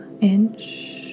inch